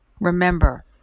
remember